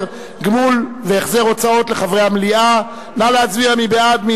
10) גמול והחזר הוצאות לחברי המליאה, נא להצביע.